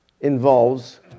involves